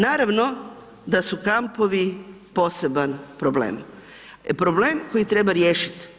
Naravno da su kampovi poseban problem, problem koji treba riješiti.